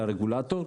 לרגולטור,